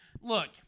Look